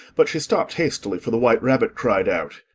but she stopped hastily, for the white rabbit cried out,